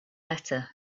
better